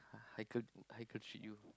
Haikal Haikal treat you